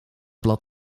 blad